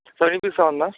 sir వినిపిస్తోందా